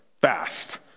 fast